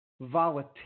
volatility